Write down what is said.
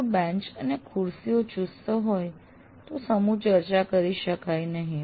જો બેન્ચ અને ખુરસીઓ ચુસ્ત હોય તો સમૂહ ચર્ચા કરી શકાય નહિ